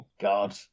God